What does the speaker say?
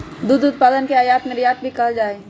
दुध उत्पादन के आयात निर्यात भी कइल जा हई